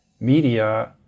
media